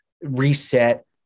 reset